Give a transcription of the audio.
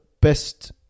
best